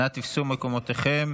נא תפסו מקומותיכם.